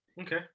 Okay